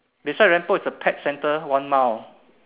beside lamp pole is a pet center one mile